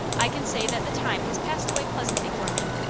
i can say that the time has passed away pleasantly for me.